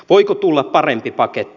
voiko tulla parempi paketti